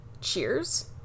Cheers